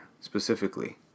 specifically